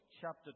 chapter